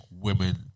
women